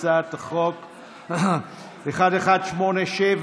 הצעת החוק מס' 1187,